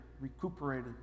recuperated